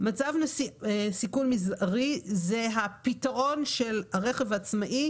סיכון מזערי, זה הפתרון של רכב עצמאי,